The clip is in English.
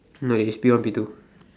no is P one P two